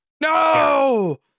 No